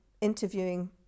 interviewing